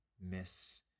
miss